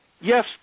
Yes